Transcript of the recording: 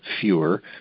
fewer